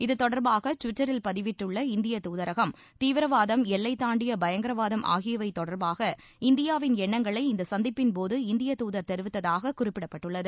இத்தொடர்பாக டுவிட்டரில் பதிவிட்டுள்ள இந்திய தூதரகம் தீவிரவாதம் எல்லைத் தாண்டிய பயங்கரவாதம் ஆகியவை தொடர்பாக இந்தியாவின் எண்ணங்களை இந்த சந்திப்பின்போது இந்திய தூதர் தெரிவித்ததாக குறிப்பிட்டுள்ளது